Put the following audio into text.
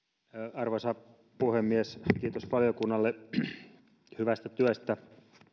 arvoisa puhemies kiitos valiokunnalle hyvästä työstä